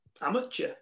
amateur